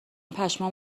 پشمام